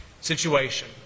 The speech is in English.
situation